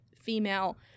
female